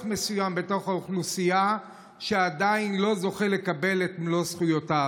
מסוים בתוך האוכלוסייה שעדיין לא זוכה לקבל את מלוא זכויותיו,